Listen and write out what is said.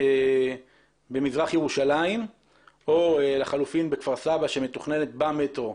במזרח ירושלים או לחלופין בכפר סבא שמתוכננת בה מטרו,